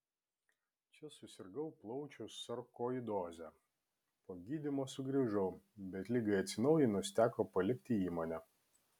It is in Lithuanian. čia susirgau plaučių sarkoidoze po gydymo sugrįžau bet ligai atsinaujinus teko palikti įmonę